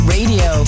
Radio